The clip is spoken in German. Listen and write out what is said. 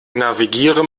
navigiere